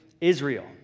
Israel